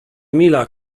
emila